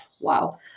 wow